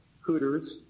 Hooters